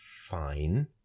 fine